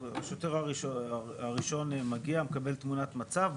השוטר הראשון מגיע, מקבל תמונת מצב.